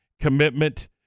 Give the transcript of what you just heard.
commitment